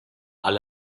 alle